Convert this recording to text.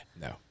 No